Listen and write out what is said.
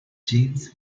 james